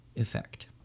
effect